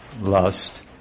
lust